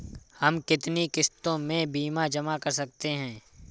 हम कितनी किश्तों में बीमा जमा कर सकते हैं?